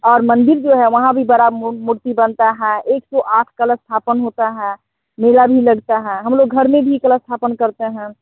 और मंदिर जो है वहाँ भी बड़ा मूर्ति बनती है एक सौ आठ कलशस्थापन होता है मेला भी लगता है हम लोग घर में भी कलशस्थापन करते हैं